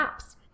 apps